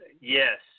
Yes